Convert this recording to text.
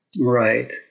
Right